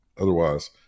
Otherwise